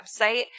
website